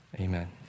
Amen